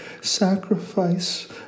Sacrifice